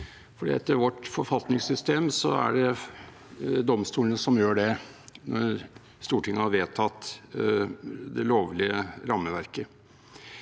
Etter vårt forfatningssystem er det domstolene som gjør det, og Stortinget har vedtatt det lovlige rammeverket.